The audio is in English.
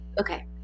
Okay